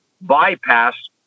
bypass